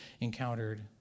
encountered